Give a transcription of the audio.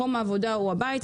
מקום העבודה הוא הבית.